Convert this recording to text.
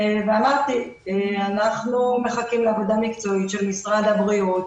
אמרתי שאנחנו מחכים לעבודה מקצועית של משרד הבריאות,